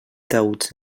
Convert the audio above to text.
taüts